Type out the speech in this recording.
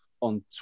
on